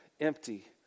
empty